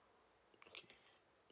okay